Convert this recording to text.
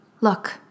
Look